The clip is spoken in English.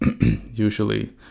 usually